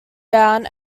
down